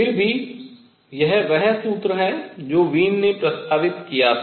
फिर भी यह वह सूत्र है जो वीन ने प्रस्तावित किया था